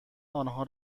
آنها